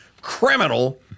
criminal